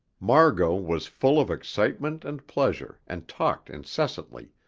margot was full of excitement and pleasure, and talked incessantly,